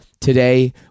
today